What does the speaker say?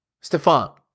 Stefan